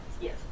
Yes